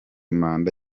manda